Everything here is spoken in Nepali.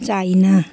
चाइना